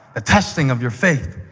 ah testing of your faith.